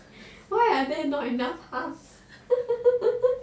why are there not enough cars （ppl)